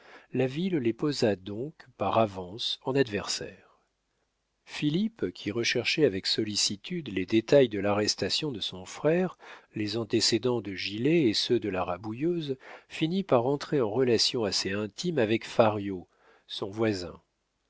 la ville les posa donc par avance en adversaires philippe qui recherchait avec sollicitude les détails de l'arrestation de son frère les antécédents de gilet et ceux de la rabouilleuse finit par entrer en relations assez intimes avec fario son voisin